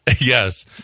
Yes